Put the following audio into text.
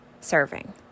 serving